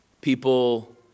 people